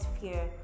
fear